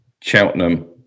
Cheltenham